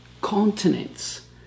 continents